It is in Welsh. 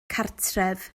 cartref